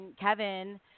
Kevin